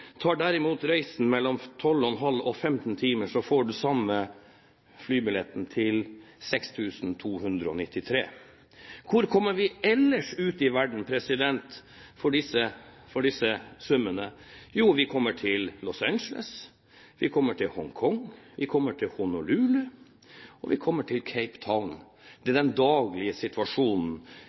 Tar derimot reisen mellom 12,5 og 15 timer, får man samme flybillett til 6 293 kr. Hvor ellers ut i verden kommer vi for disse summene? Jo, vi kommer til Los Angeles, vi kommer til Hongkong, vi kommer til Honolulu og vi kommer til Cape Town. Det er den daglige situasjonen